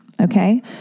Okay